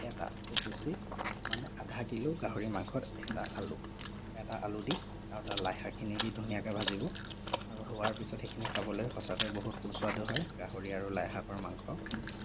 এটা খুব বেছি মানে আধা কিলো গাহৰি মাংসত এটা আলু এটা আলু দি আৰু তাত লাই শাকখিনি দি ধুনীয়াকৈ ভাজিব আৰু হোৱাৰ পিছত সেইখিনি খাবলৈ সঁচাকৈয়ে বহুত সুস্বাদু হয় গাহৰি আৰু লাই শাকৰ মাংস